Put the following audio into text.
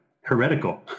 heretical